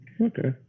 Okay